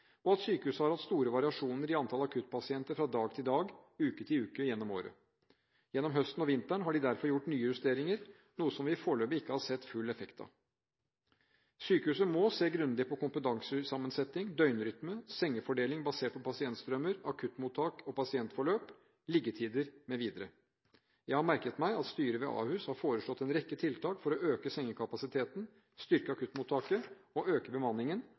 og at sykehuset har hatt store variasjoner i antallet akuttpasienter fra dag til dag og fra uke til uke gjennom året. Gjennom høsten og vinteren har de derfor gjort nye justeringer – noe som vi foreløpig ikke har sett full effekt av. Sykehuset må se grundig på kompetansesammensetning, døgnrytme, sengefordeling basert på pasientstrømmer, akuttmottak og pasientforløp, liggetider mv. Jeg har merket meg at styret ved Ahus har foreslått en rekke tiltak for å øke sengekapasiteten, styrke akuttmottaket og øke bemanningen,